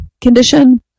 condition